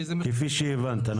כפי שהבנת.